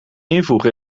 invoegen